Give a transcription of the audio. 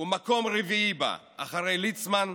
מקום רביעי בה אחרי ליצמן,